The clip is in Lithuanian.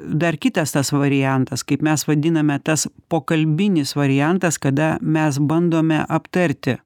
dar kitas tas variantas kaip mes vadiname tas pokalbinis variantas kada mes bandome aptarti